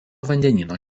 vandenyno